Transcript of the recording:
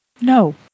No